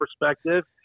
perspective